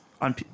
on